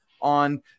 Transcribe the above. on